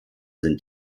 sind